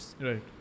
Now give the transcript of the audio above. right